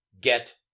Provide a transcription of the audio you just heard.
get